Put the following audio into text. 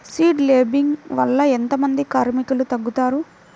Seed లేంబింగ్ వల్ల ఎంత మంది కార్మికులు తగ్గుతారు?